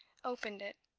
opened it.